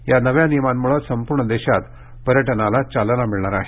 या नव्या नियमांमुळे संपूर्ण देशात पर्यटनाला चालना मिळणार आहे